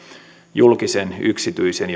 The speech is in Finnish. julkisen yksityisen